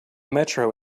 metro